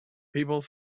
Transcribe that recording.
people